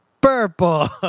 purple